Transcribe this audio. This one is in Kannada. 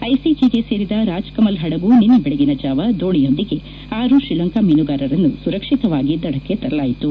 ಐಸಿಜಿಗೆ ಸೇರಿದ ರಾಜ್ಕಮಲ್ ಹಡಗು ನಿನ್ನೆ ಬೆಳಗಿನ ಜಾವ ದೋಣಿಯೊಂದಿಗೆ ಆರು ಶ್ರೀಲಂಕಾ ಮೀನುಗಾರರನ್ನು ಸುರಕ್ಷಿತವಾಗಿ ದಡಕ್ಕೆ ತರಲಾಯಿತು